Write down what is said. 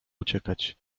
uciekać